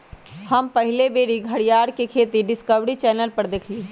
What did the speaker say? हम पहिल बेर घरीयार के खेती डिस्कवरी चैनल पर देखली